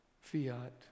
fiat